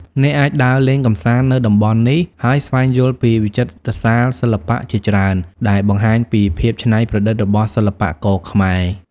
អ្នកអាចដើរលេងកម្សាន្តនៅតំបន់នេះ ហើយស្វែងយល់ពីវិចិត្រសាលសិល្បៈជាច្រើន ដែលបង្ហាញពីភាពច្នៃប្រឌិតរបស់សិល្បករខ្មែរ។